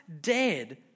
dead